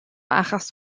achos